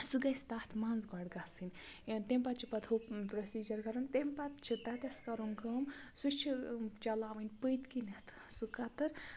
سُہ گژھِ تَتھ منٛز گۄڈٕ گَژھٕنۍ تیٚمہِ پَتہٕ چھِ پَتہٕ ہُہ پرٛوسیٖجَر کَرُن تَمہِ پَتہٕ چھِ تَتٮ۪س کَرُن کٲم سُہ چھِ چَلاوٕنۍ پٔتۍ کِنٮ۪تھ سُہ قطٕر